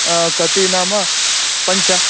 कति नाम पञ्च